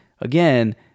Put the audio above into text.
Again